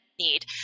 need